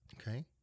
okay